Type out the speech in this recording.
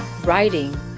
writing